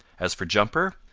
as for jumper,